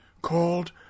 called